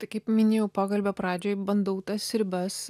tai kaip minėjau pokalbio pradžioj bandau tas ribas